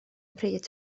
pryd